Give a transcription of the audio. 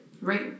Right